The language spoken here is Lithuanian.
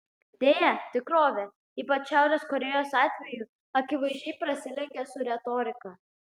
deja tikrovė ypač šiaurės korėjos atveju akivaizdžiai prasilenkia su retorika